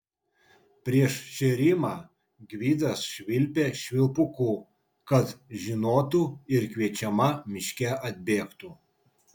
prieš šėrimą gvidas švilpė švilpuku kad žinotų ir kviečiama miške atbėgtų